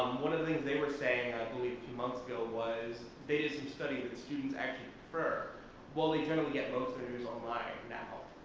one of the things they were saying, i believe a few months ago was they did some studies what students actually prefer well, they generally get most readers online now.